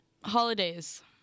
holidays